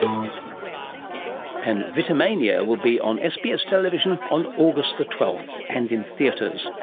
um and vitamania will be on sbs television on august twelfth and in theatres,